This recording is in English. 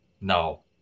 no